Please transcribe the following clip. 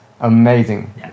amazing